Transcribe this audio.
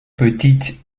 petite